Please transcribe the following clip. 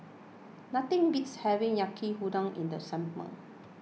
nothing beats having Yaki Udon in the summer